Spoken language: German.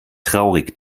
traurig